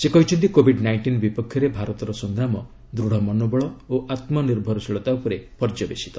ସେ କହିଛନ୍ତି Covid nineteen ବିପକ୍ଷରେ ଭାରତର ସଂଗ୍ରାମ ଦୃଢ଼ ମନୋବଳ ଓ ଆତ୍ମନିର୍ଭରଶୀଳତା ଉପରେ ପର୍ଯ୍ୟବେସିତ